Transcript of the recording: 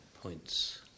points